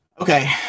Okay